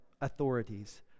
authorities